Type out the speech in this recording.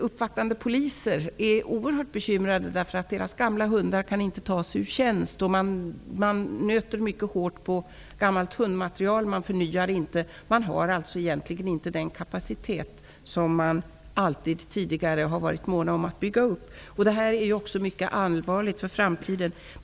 Uppvaktande poliser är oerhört bekymrade över att deras gamla hundar inte kan tas ur tjänst. Man nöter mycket hårt på gammalt hundmaterial och förnyar det inte. Man har inte den kapacitet som man tidigare alltid har varit mån om att bygga upp. Detta är mycket allvarligt för framtiden.